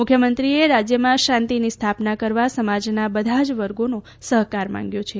મુખ્યમંત્રીએ રાજ્યમાં શાંતિની સ્થાપના કરવા સમાજના બધા જ વર્ગોનો સહકાર માંગ્યો છે